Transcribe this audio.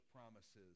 promises